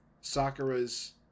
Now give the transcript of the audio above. Sakura's